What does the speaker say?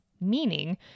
meaning